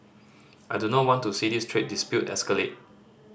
I do not want to see this trade dispute escalate